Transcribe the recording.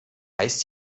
heißt